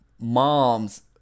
mom's